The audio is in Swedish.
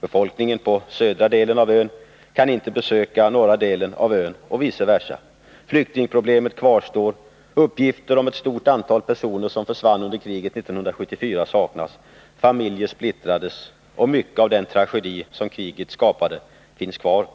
Befolkningen på södra delen av ön kan inte besöka norra delen av ön, och vice versa. Flyktingproblemet kvarstår. Uppgifter om ett stort antal personer som försvann under kriget 1974 saknas. Familjer splittrades. Mycket av den tragedi som kriget skapade finns kvar.